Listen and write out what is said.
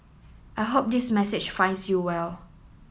I hope this message finds you well